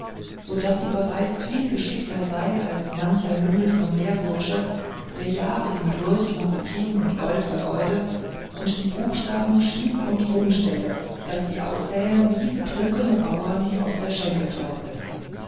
so daß sie bereits viel geschickter sei als mancher lümmel von lehrbursche der jahre hindurch maroquin und gold vergeude und die buchstaben schief und krumm stelle daß sie aussähen wie betrunkene bauern die aus der schenke torkeln